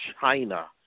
China